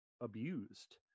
abused